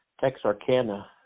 Texarkana